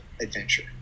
adventure